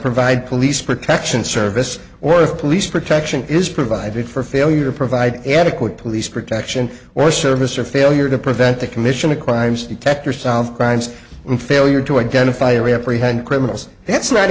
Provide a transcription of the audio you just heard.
provide police protection services or police protection is provided for failure to provide adequate police protection or service or failure to prevent the commission of crimes detectors solve crimes and failure to identify or prevent criminals that's not